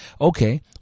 Okay